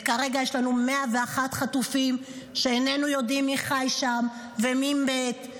וכרגע יש לנו 101 חטופים ואיננו יודעים מי חי שם ומי מת.